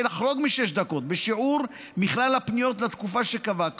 לחרוג משש דקות בשיעור מכלל הפניות לתקופה שקבע,